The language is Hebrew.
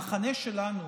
במחנה שלנו